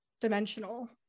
dimensional